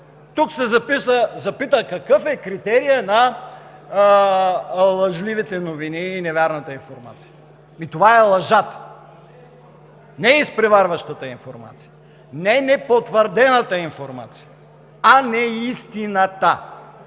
Тук се запита: какъв е критерият на лъжливите новини и невярната информация? Ами това е лъжата! Не е изпреварващата информация, не е непотвърдената информация, а не-ис-ти-на-та!